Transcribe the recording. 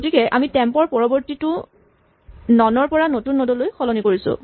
গতিকে আমি টেম্প ৰ পৰৱৰ্তীটো নন পৰা নতুন নড লৈ সলনি কৰিলো